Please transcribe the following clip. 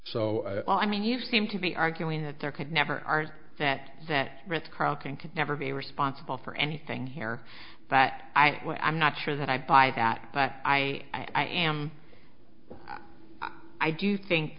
so i mean you seem to be arguing that there could never are that that risk rocking can never be responsible for anything here but i i'm not sure that i buy that but i i am i do think